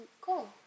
Cool